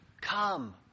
Come